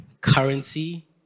currency